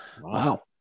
Wow